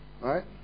right